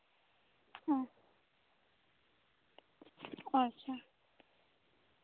ᱦᱮᱸ ᱟᱪᱪᱷᱟ